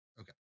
okay